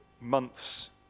month's